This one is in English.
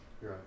Right